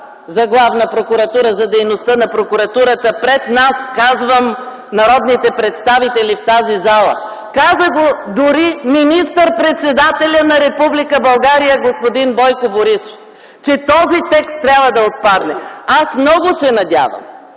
за Главна прокуратура, за дейността на Прокуратурата. Казвам пред нас – народните представители в тази зала. Каза го дори министър-председателят на Република България господин Бойко Борисов, че този текст трябва да отпадне. Аз много се надявам,